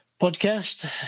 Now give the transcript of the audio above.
podcast